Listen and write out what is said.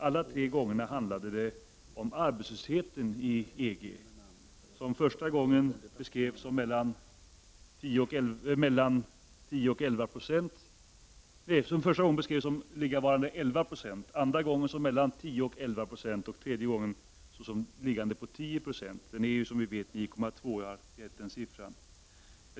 Alla tre gångerna handlade det om arbetslösheten i EG, som första gången beskrevs som varande 11 96, andra gången mellan 10 och 11 96 och tredje gången såsom liggande på 10 96. Den är som vi vet 9,2 I.